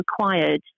required